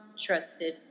trusted